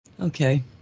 Okay